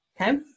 okay